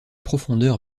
profondeur